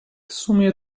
sumie